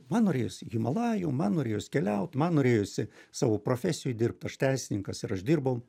man norėjosi himalajų man norėjos keliaut man norėjosi savo profesijoj dirbt aš teisininkas ir aš dirbau